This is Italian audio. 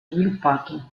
sviluppato